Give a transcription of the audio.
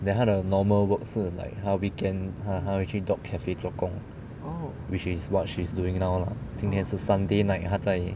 then 她的 normal work 是 like 她 weekend 她她会去 dog cafe 做工 which is what she's doing now lah 今天是 sunday night 她在